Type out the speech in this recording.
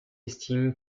estime